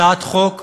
הצעת חוק